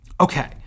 Okay